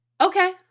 Okay